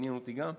עניין אותי גם,